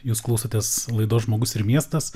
jūs klausotės laidos žmogus ir miestas